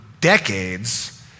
decades